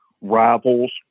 rivals